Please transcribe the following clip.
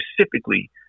specifically